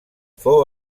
fou